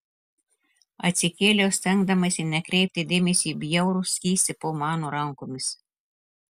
atsikėliau stengdamasi nekreipti dėmesio į bjaurų skystį po mano rankomis